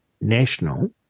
National